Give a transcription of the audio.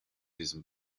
diesem